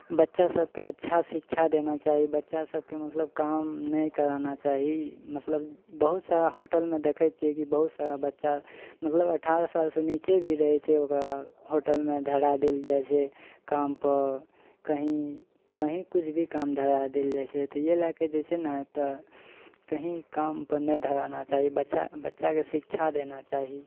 बच्चा सबके अच्छा शिक्षा देना चाही बच्चा सबके मतलब काम नहि कराना चाही मतलब बहुत सारा होटलमे देखै छियै कि बहुत सारा बच्चा मतलब अठारह साल से नीचे भी रहै छै ओकरा होटलमे धरा देल जाइ छै काम पर कही कही किछु भी काम धरा देल जाइ छै तऽ ये लऽ कऽ जे छै ने तऽ कही काम पर नहि धराना चाही बच्चा बच्चाके शिक्षा देना चाही